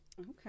Okay